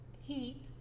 heat